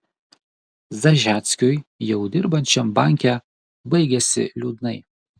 zažeckiui jau dirbančiam banke baigėsi liūdnai